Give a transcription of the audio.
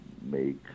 make